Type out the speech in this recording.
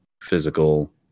physical